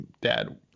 dad